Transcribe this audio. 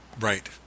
Right